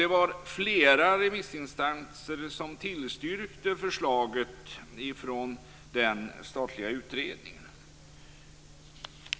Det var flera remissinstanser som tillstyrkte förslaget från den statliga utredningen.